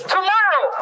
Tomorrow